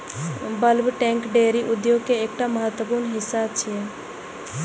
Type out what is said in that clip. bulk tank dairy उद्योग के एकटा महत्वपूर्ण हिस्सा छियै